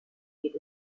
geht